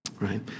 right